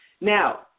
Now